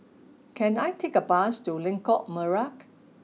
can I take a bus to Lengkok Merak